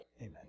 Amen